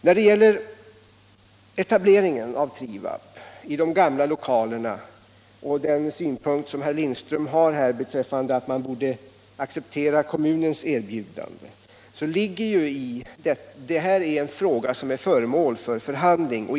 Frågan om etableringen av Trivab i de gamla lokalerna och den synpunkt som herr Lindström här har angivit beträffande att man borde acceptera kommunens erbjudande har blivit föremål för förhandling.